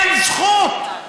אין זכות.